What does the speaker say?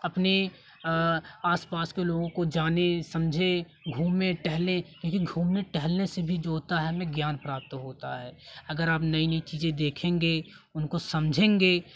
अपने आसपास के लोगों को जाने समझे घूमे टहले क्योंकि घूमने टहलने से भी जो होता है हमें ज्ञान प्राप्त होता है अगर आप नई नई चीज़ें देखेंगे उनको समझेंगे